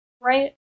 Right